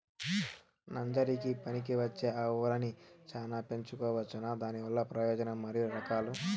నంజరకి పనికివచ్చే ఆవులని చానా పెంచుకోవచ్చునా? దానివల్ల ప్రయోజనం మరియు రకాలు?